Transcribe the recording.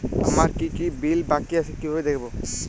আমার কি কি বিল বাকী আছে কিভাবে দেখবো?